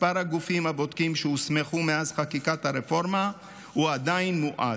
מספר הגופים הבודקים שהוסמכו מאז חקיקת הרפורמה הוא עדיין מועט.